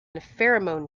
pheromone